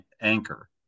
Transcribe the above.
anchor